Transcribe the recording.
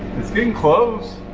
it's getting close.